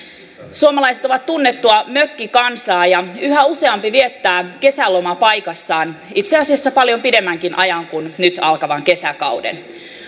suomalaiset ovat tunnettua mökkikansaa ja yhä useampi viettää kesälomapaikassaan itse asiassa paljon pidemmänkin ajan kuin nyt alkavan kesäkauden